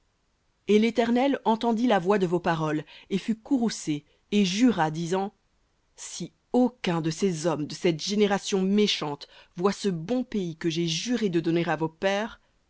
et l'éternel entendit la voix de vos paroles et fut courroucé et jura disant si aucun de ces hommes de cette génération méchante voit ce bon pays que j'ai juré de donner à vos pères